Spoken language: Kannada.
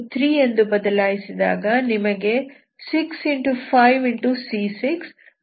n3 ಎಂದು ಬದಲಾಯಿಸಿದಾಗ ನಿಮಗೆ 6